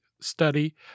study